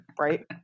Right